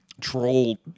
troll